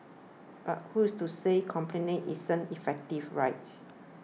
but who's to say complaining isn't effective right